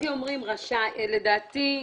לדעתי,